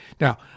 Now